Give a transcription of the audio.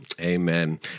Amen